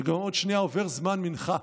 וגם עוד שנייה עובר זמן מנחה.